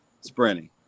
sprinting